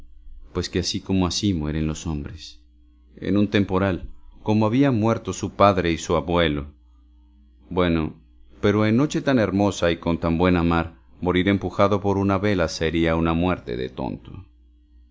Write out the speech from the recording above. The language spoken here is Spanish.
pues qué así como así mueren los hombres en un temporal como habían muerto su padre y su abuelo bueno pero en noche tan hermosa y con buena mar morir empujado por una vela sería una muerte de tonto